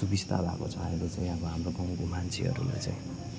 सविस्ता भएको छ अहिले चाहिँ अब हाम्रो गाउँको मान्छेहरूलाई चाहिँ